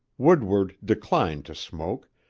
woodward declined to smoke,